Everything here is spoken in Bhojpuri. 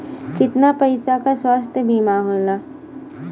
कितना पैसे का स्वास्थ्य बीमा होला?